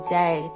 day